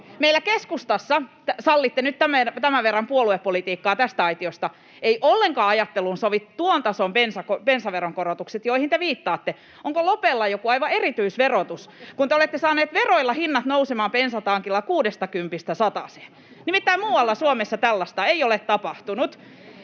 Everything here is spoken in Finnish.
Meillä keskustassa — sallitte nyt tämän verran puoluepolitiikkaa tästä aitiosta — ei ollenkaan ajatteluun sovi tuon tason bensaveron korotukset, joihin te viittaatte. Onko Lopella joku aivan erityisverotus, kun te olette saaneet veroilla hinnat nousemaan bensatankilla kuudestakympistä sataseen? Nimittäin muualla Suomessa tällaista ei ole tapahtunut,